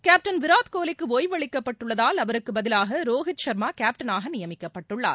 captain Virat கோலிக்கு ஒய்வு அளிக்கப்பட்டுள்ளதால் அவருக்கு பதிலாக ரோஹித் சர்மா கேப்டனாக நியமிக்கப்பட்டுள்ளார்